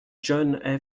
john